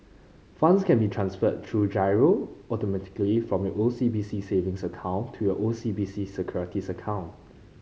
funds can be transferred through giro automatically from your O C B C savings account to your O C B C Securities account